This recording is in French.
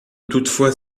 toutefois